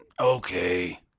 okay